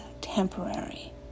temporary